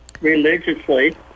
religiously